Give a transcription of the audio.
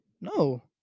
No